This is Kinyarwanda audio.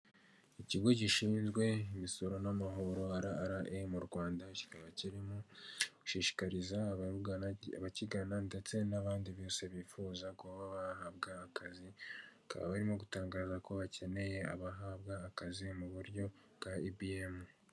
Nkuko mubibona amakaro y'aho aracyeye, inzugi nziza ziriho ibirango ndetse zisa amabara y'ubururu, hariya mu imbere hari ikintu gikonjesha harimo ibikombe, ijage y'icyatsi, amajerekani meza azanwamo amazi yo kunywa acyeye Kandi anogeye buri muntu wese iyo aya nyoye aba yumva ameze neza ,akira umutwe cyane iyo awurwaye cyangwa akoze impyiko.